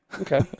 Okay